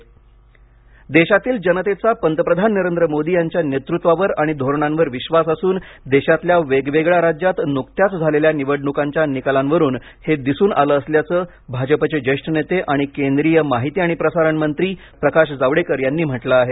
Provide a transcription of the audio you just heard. प्रकाश जावडेकर देशातील जनतेचा पंतप्रधान नरेंद्र मोदी यांच्या नेतूत्वावर आणि धोरणांवर लोकांचा विश्वास असून देशातल्या वेगवेगळ्या राज्यात नुकत्याच झालेल्या निवडणुकांच्या निकालांवरून हे दिसून आलं असल्याचं भाजपचे ज्येष्ठ नेते आणि केंद्रीय माहिती आणि प्रसारण मंत्री प्रकाश जावडेकर यांनी म्हटलं आहे